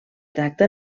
tracta